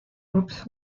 groups